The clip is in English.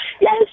yes